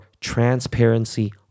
transparency